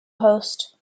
host